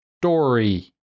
story